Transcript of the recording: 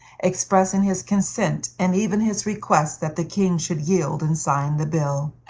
expressing his consent, and even his request, that the king should yield and sign the bill.